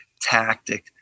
tactic